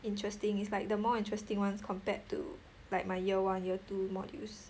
interesting is like the more interesting ones compared to like my year one year two modules